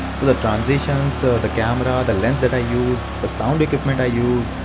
the the transitions, so the camera, the lens that i use, the sound equipment i use,